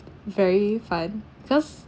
very fun cause